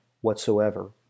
whatsoever